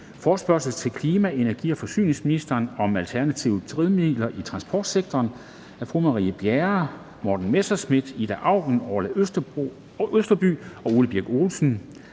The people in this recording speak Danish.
Forespørgsel til klima-, energi- og forsyningsministeren om alternative drivmidler i transportsektoren efter 2020. Af Marie Bjerre (V), Morten Messerschmidt (DF), Ida Auken (RV), Orla Østerby (KF) og Ole Birk Olesen